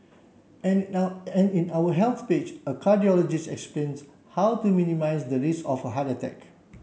and now and in our health page a cardiologist explains how to minimise the risk of a heart attack